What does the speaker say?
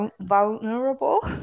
vulnerable